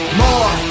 more